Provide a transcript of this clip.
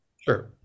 Sure